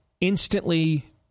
instantly